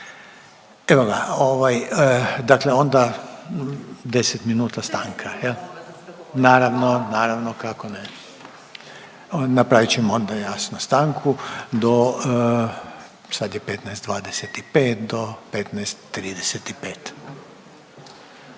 Evo ga, ovaj dakle onda 10 minuta stanka, jel. Naravno, naravno, kako ne. Napravit ćemo onda jasno stanku do, sad je 15,25 do 15,35.